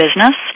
business